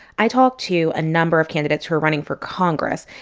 i talked to a number of candidates who are running for congress,